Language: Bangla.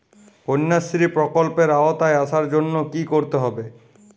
কন্যাশ্রী প্রকল্পের আওতায় আসার জন্য কী করতে হবে?